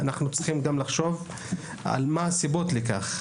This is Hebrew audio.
אנחנו צריכים לחשוב גם מה הסיבות לכך.